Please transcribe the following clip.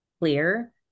clear